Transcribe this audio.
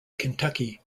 kentucky